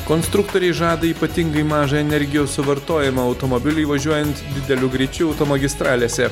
konstruktoriai žada ypatingai mažą energijos suvartojimą automobiliui važiuojant dideliu greičiu automagistralėse